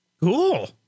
Cool